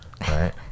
Right